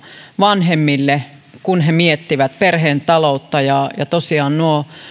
vanhemmille kun he miettivät perheen taloutta aivan olennainen osa sitä tosiaan nuo